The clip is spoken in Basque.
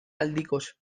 aldikoz